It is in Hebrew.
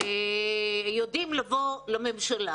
יודעים לבוא לממשלה